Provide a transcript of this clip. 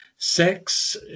Sex